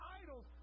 idols